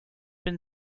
been